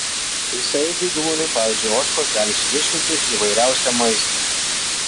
visaėdžiai gyvūnai pavyzdžiui ožkos gali suvirškinti įvairiausią maistą